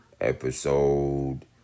Episode